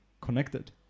connected